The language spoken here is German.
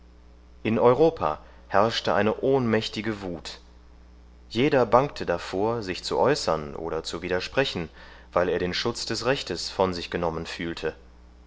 in europa herrschte eine ohnmächtige wut jeder bangte davor sich zu äußern oder zu widersprechen weil er den schutz des rechtes von sich genommen fühlte